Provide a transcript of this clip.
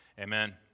Amen